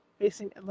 facing